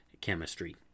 chemistry